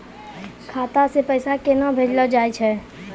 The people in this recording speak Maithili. खाता से पैसा केना भेजलो जाय छै?